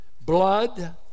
blood